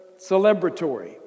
celebratory